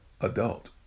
adult